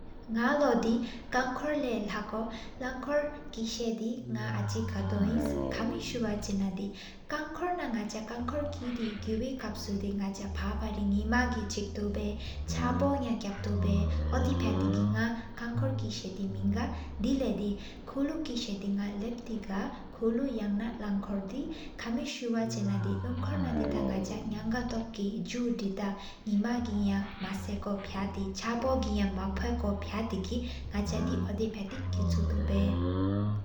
ནག་ལོ་དི་ཁང་འཁོར་ལས་ལེགས་འོང་འཁོར་དེ། ཀེས་དི་ནག་འཆི་ག་དོ་ཡིན་ཀམ་སྐུ་བ་ཆེ་ན། ཁང་འཁོར་གི་དི་གུ་བཻ་ཀམ་སྐུ་ནག་ཚ། ཕ་ཏ་རི་ལིང་གི་ཟིག་ཏོ་བཻ་ཆབ་པོ་ཡ་གབ་ཏོ་བཻ། ཨོ་དི་ཕ་ཏེ་གའི་ནག་ཁང་འཁོར་གི་ས་དི་མེན་གཏོ། དེ་ལེ་ཁུ་ལུ་ཀེས་དི་ནག་ལབ་ཏེ་གཏོ། ཁུ་ལུ་ཡང་ན་ལང་འཁོར་དེ་ཀམ་སྐུ་བ་ཆེ་ན། ལུང་འཁོར་ནང་དི་ནག་ཚམ་བཀོང་། ཇུ་འདེ་ནི་མ་གི་ཡང་མ་ས་ཀོ་ཕ། ཆ་ཕོ་སྒུ་མ་ཕོ་ཀོ་ཕས་ཏཱ་གི་ནག་ཚ་དི། ཨོ་དེ་ཕ་ཏེ་གའི་གུ་ཆུག་ཏོ་བཻ